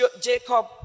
jacob